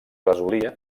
resolia